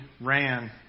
ran